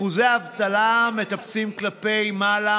אחוזי האבטלה מטפסים כלפי מעלה,